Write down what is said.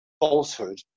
falsehood